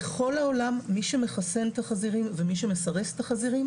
בכל העולם מי שמחסן את החזירים ומי שמסרס את החזירים